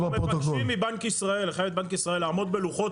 מבקשים לחייב את בנק ישראל לעמוד בלוחות